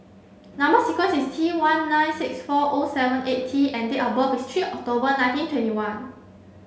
number sequence is T one nine six four O seven eight T and date of birth is three October nineteen twenty one